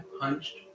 punched